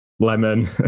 Lemon